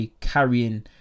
carrying